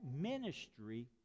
ministry